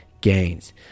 gains